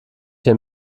hier